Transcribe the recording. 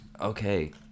Okay